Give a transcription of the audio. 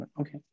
okay